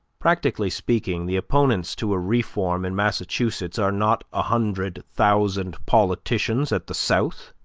practically speaking, the opponents to a reform in massachusetts are not a hundred thousand politicians at the south,